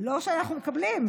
לא שאנחנו מקבלים,